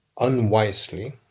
unwisely